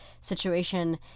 situation